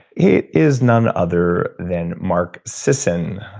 it is none other than mark sisson,